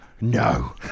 no